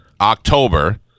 October